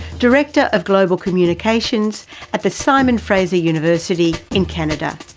director of global communications at the simon fraser university in canada.